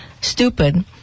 stupid